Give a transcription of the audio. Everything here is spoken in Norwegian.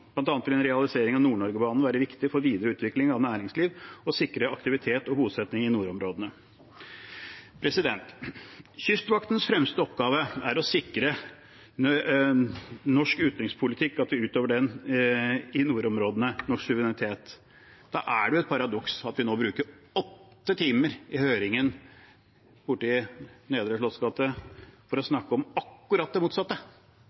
vil en realisering av Nord-Norgebanen være viktig for videre utvikling av næringsliv og sikre aktivitet og bosetting i nordområdene. Kystvaktens fremste oppgave er å sikre norsk utenrikspolitikk og at vi utøver den i nordområdene og sikrer norsk suverenitet. Da er det et paradoks at vi nå bruker åtte timer i høringen borte i Nedre Slottsgate for å snakke om akkurat det motsatte,